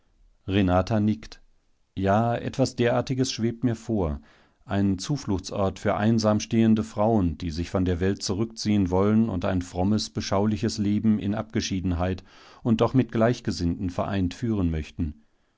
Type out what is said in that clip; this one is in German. renata nickt ja etwas derartiges schwebt mir vor ein zufluchtsort für einsam stehende frauen die sich von der welt zurückziehen wollen und ein frommes beschauliches leben in abgeschiedenheit und doch mit gleichgesinnten vereint führen möchten